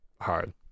hard